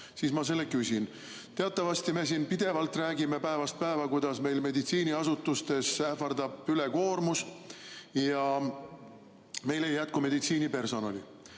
siis ma selle küsin. Teatavasti me pidevalt, päevast päeva räägime, kuidas meil meditsiiniasutustes ähvardab ülekoormus ja meil ei jätku meditsiinipersonali.